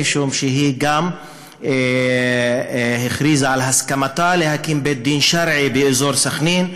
משום שהיא גם הכריזה על הסכמתה להקמת בית-דין שרעי באזור סח'נין,